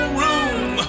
room